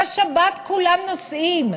בשבת כולם נוסעים.